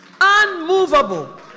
unmovable